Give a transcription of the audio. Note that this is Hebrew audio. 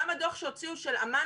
גם הדוח שהוציא של אמ"ן,